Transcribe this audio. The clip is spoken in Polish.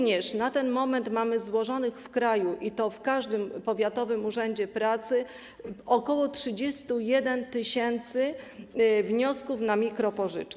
Na ten moment mamy również złożonych w kraju, i to w każdym powiatowym urzędzie pracy, ok. 31 tys. wniosków na mikropożyczki.